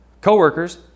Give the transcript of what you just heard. coworkers